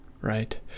right